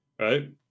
right